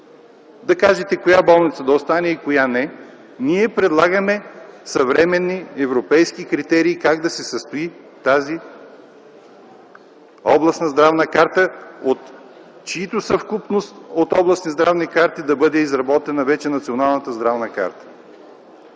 да кажете коя болница да остане и коя не. Ние предлагаме съвременни европейски критерии как да се състои тази областна Здравна карта, от чиито съвкупност от областни здравни карти да бъде изработена вече Националната здравна карта.